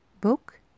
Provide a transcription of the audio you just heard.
book